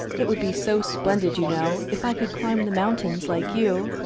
it would be so splendid, you know, if i could climb the mountains, like you.